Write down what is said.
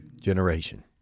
generation